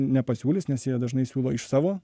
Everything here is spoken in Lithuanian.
nepasiūlys nes jie dažnai siūlo iš savo